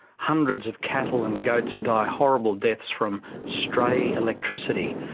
hundreds of cattle and goats die horrible deaths from stray electricity,